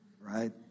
right